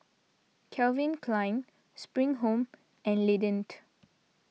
Calvin Klein Spring Home and Lindt